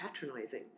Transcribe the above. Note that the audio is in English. patronizing